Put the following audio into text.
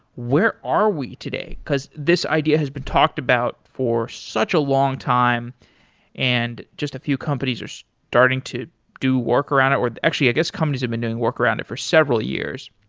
where are we today? because this idea has been talked about for such a long time and just a few companies are starting to do work around it with actually i guess companies have been doing work around it for several years.